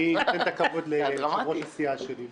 אני נותן את הכבוד ליושב-ראש הסיעה שלי לפניי,